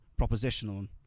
propositional